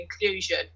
inclusion